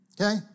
okay